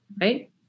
right